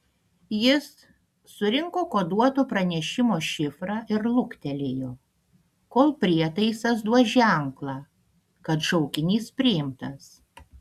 jis surinko koduoto pranešimo šifrą ir luktelėjo kol prietaisas duos ženklą kad šaukinys priimtas